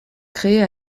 créée